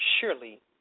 Surely